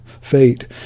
fate